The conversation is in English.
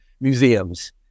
museums